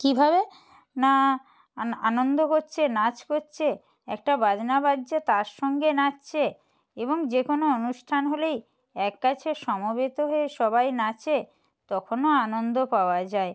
কীভাবে না আনন্দ করছে নাচ করছে একটা বাজনা বাজছে তার সঙ্গে নাচছে এবং যে কোনো অনুষ্ঠান হলেই এক কাছে সমবেত হয়ে সবাই নাচে তখনও আনন্দ পাওয়া যায়